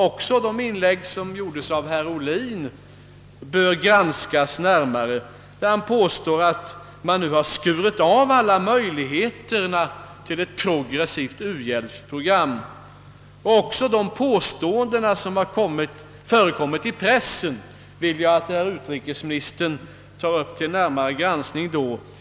Även de inlägg som gjordes av herr Ohlin bör granskas närmare. Han påstår sålunda, att alla möjligheter till ett progressivt u-hjälpsprogram nu har avskurits. Också en del påståenden som har förekommit i pressen skulle jag önska att herr utrikesministern toge upp till närmare granskning vid detta tillfälle.